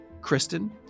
Kristen